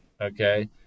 Okay